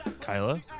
Kyla